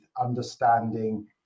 understanding